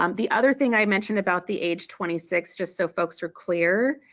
um the other thing i mentioned about the age twenty six, just so folks are clear,